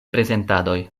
prezentadoj